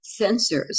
sensors